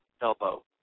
elbow